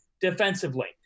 defensively